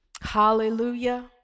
hallelujah